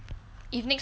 if next time